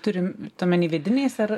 turim t omeny vidiniais ar